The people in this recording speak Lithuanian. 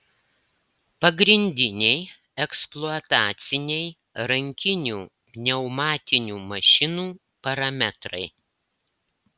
pagrindiniai eksploataciniai rankinių pneumatinių mašinų parametrai